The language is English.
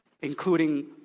Including